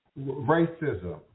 racism